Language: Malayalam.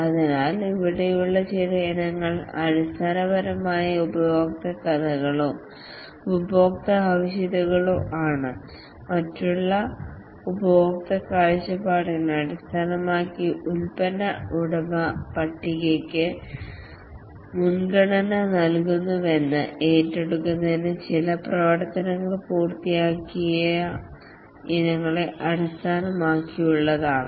അതിനാൽ ഇവിടെയുള്ള ചില ഇനങ്ങൾ അടിസ്ഥാനപരമായി ഉപയോക്തൃ കഥകളോ ഉപയോക്തൃ ആവശ്യകതകളോ ആണ് മറ്റുള്ളവ ഉപഭോക്തൃ കാഴ്ചപ്പാടിനെ അടിസ്ഥാനമാക്കി പ്രോഡക്ട് ഉടമ പട്ടികയ്ക്ക് മുൻഗണന നൽകുന്നുവെന്ന് ഏറ്റെടുക്കുന്നതിന് ചില പ്രവർത്തനങ്ങൾ പൂർത്തിയാക്കിയ ഇനങ്ങളെ അടിസ്ഥാനമാക്കിയുള്ളതാണ്